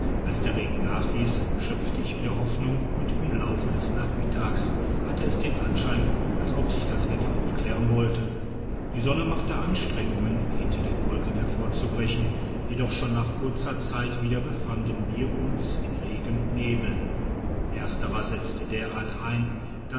als der regen nachliess schöpfte ich wieder hoffnung und im laufe des nachmittags hatte es den anschein als ob sich das wetter autklären wollte die sonne machte anstrengungen hinter den wolken hervorzubrechen jedoch schon nach kurzer zeit wieder befanden wir uns in regen und nebel ersterer setzte derart ein